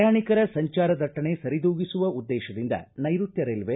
ಪ್ರಯಾಣಿಕರ ಸಂಚಾರ ದಟ್ಟಣೆ ಸರಿದೂಗಿಸುವ ಉದ್ದೇಶದಿಂದ ನೈರುತ್ತ ರೈಲ್ವೆ